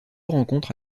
rencontres